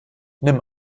nimm